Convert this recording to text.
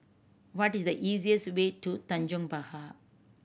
what is the easiest way to Tanjong Pagar